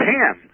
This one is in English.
Pan